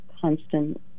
constant